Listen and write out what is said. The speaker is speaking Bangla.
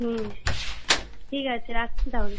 হুম ঠিক আছে রাখছি তাহলে